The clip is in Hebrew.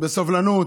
בסבלנות.